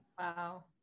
Wow